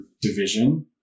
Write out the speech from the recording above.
division